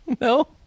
No